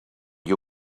you